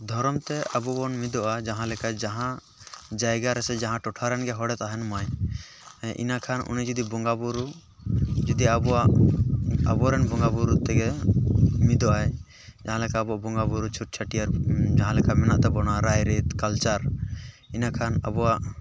ᱫᱷᱚᱨᱚᱢ ᱛᱮ ᱟᱵᱚ ᱵᱚᱱ ᱢᱤᱫᱚᱜᱼᱟ ᱡᱟᱦᱟᱸ ᱞᱮᱠᱟ ᱡᱟᱦᱟᱸ ᱡᱟᱭᱜᱟ ᱨᱮ ᱥᱮ ᱡᱟᱦᱟᱸ ᱴᱚᱴᱷᱟ ᱨᱮᱱ ᱜᱮ ᱦᱚᱲᱮᱭ ᱛᱟᱦᱮᱱ ᱢᱟᱭ ᱤᱱᱟᱹ ᱠᱷᱟᱱ ᱩᱱᱤ ᱡᱩᱫᱤ ᱵᱚᱸᱜᱟ ᱵᱩᱨᱩ ᱡᱩᱫᱤ ᱟᱵᱚᱣᱟᱜ ᱟᱵᱚᱨᱮᱱ ᱵᱚᱸᱜᱟ ᱵᱩᱨᱩ ᱛᱮᱜᱮ ᱢᱤᱫᱚᱜᱼᱟᱭ ᱛᱟᱦᱚᱞᱮ ᱠᱷᱟᱱ ᱟᱵᱚᱣᱟᱜ ᱵᱚᱸᱜᱟ ᱵᱩᱨᱩ ᱪᱷᱩᱸᱛ ᱪᱷᱟᱹᱴᱭᱟᱹᱨ ᱡᱟᱦᱟᱸᱞᱮᱠᱟ ᱢᱮᱱᱟᱜ ᱛᱟᱵᱚᱱᱟ ᱨᱟᱭ ᱨᱤᱛ ᱠᱟᱞᱪᱟᱨ ᱤᱱᱟᱹ ᱠᱷᱟᱱ ᱟᱵᱚᱣᱟᱜ